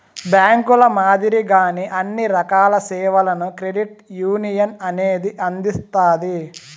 బ్యాంకుల మాదిరిగానే అన్ని రకాల సేవలను క్రెడిట్ యునియన్ అనేది అందిత్తాది